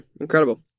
Incredible